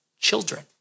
children